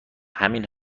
همین